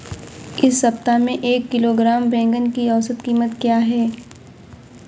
इस सप्ताह में एक किलोग्राम बैंगन की औसत क़ीमत क्या है?